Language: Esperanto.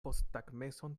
posttagmezon